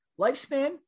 lifespan